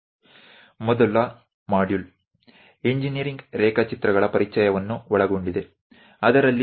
પ્રથમ module engineering drawing વિશે introduction સમજણને આવરે છે